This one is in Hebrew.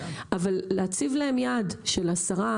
אבל להציב יעד של 10,